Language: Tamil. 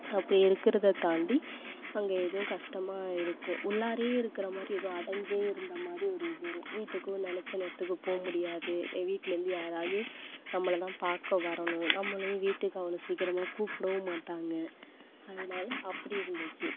அப்படி இருக்குறதை தாண்டி அங்கே எதுவும் கஷ்டமா இருக்கும் உள்ளாரையே இருக்குறமாதிரி எதோ அடஞ்சே இருந்தமாதிரி ஒரு இது வீட்டுக்கும் நினச்ச நேரத்துக்கு போக முடியாது ஏ வீட்லந்து யாராவது நம்மள தான் பார்க்க வரணும் நம்மளையும் வீட்டுக்கு அவ்வளோ சீக்கிரமாக கூப்பிடவும் மாட்டாங்க அதனால அப்படி இருந்துச்சு